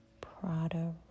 Prada